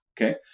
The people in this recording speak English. okay